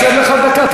חבר הכנסת עודד פורר,